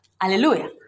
Hallelujah